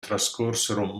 trascorsero